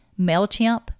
mailchimp